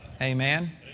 Amen